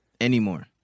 anymore